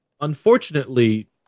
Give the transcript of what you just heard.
unfortunately